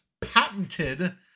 patented